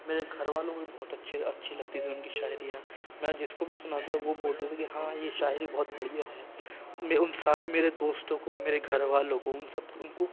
میرے گھر والوں کو بھی بہت اچھے اچھی لگتی تھی ان کی شاعری میں جس کو بھی سناتا تھا وہ بولتے تھے کہ ہاں یہ شاعری بہت بڑھیا ہے میں ان سارے میرے دوستوں کو میرے گھر والوں کو ان سب ان کو